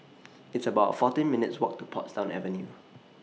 It's about fourteen minutes' Walk to Portsdown Avenue